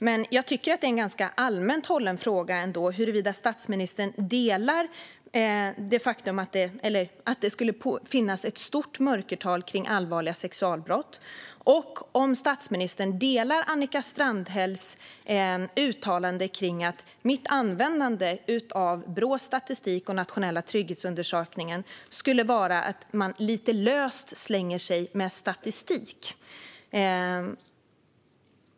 Men jag tycker ändå att det är en ganska allmänt hållen fråga huruvida statsministern håller med om att det finns ett stort mörkertal när det gäller allvarliga sexualbrott och om statsministern håller med om Annika Strandhälls uttalande att mitt användande av Brås statistik och Nationella trygghetsundersökningen skulle vara att lite löst slänga sig med statistik.